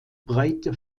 breite